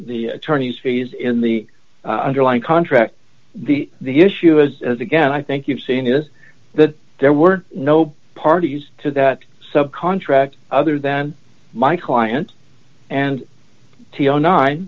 the attorneys fees in the underlying contract the the issue is again i think you've seen is that there were no parties to that sub contract other than my client and t o nine